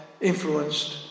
influenced